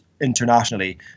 internationally